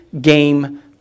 game